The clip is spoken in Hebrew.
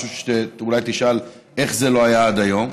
משהו שאולי תשאל איך זה לא היה עד היום,